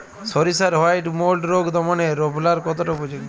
সরিষার white mould রোগ দমনে রোভরাল কতটা উপযোগী?